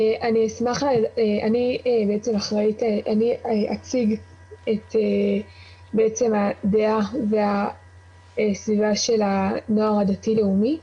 אני אציג את הדעה והסביבה של הנוער הדתי לאומי.